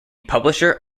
publisher